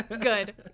Good